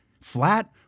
flat